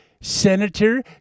Senator